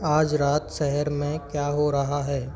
आज रात शहर में क्या हो रहा है